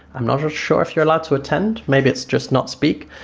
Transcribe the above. i'm not sure sure if you're allowed to attend, maybe it's just not speak.